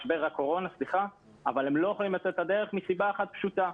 אבל הם לא יכולים לצאת לדרך מסיבה אחת פשוטה: